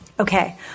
Okay